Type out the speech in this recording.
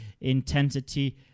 intensity